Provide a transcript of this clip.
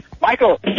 Michael